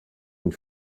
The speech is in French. une